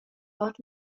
ord